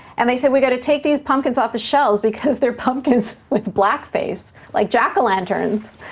and they said, we're gonna take these pumpkins off the shelves because they're pumpkins with blackface. like jack-o'-lanterns,